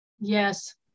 Yes